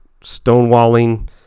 stonewalling